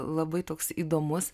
labai toks įdomus